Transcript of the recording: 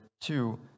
two